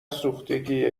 سوختگی